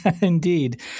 Indeed